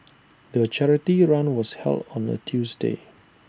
the charity run was held on A Tuesday